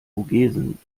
vogesen